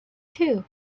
too